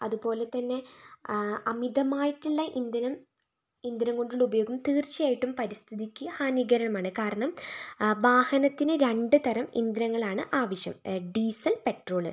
അതുപോലെത്തന്നെ അമിതമായിട്ടുള്ള ഇന്ധനം ഇന്ധനം കൊണ്ടുള്ള ഉപയോഗം തീർച്ചയായിട്ടും പരിസ്ഥിതിക്ക് ഹാനീകരമാണ് കാരണം വാഹനത്തിനു രണ്ടുതരം ഇന്ധനങ്ങളാണ് ആവശ്യം ഡീസൽ പെട്രോള്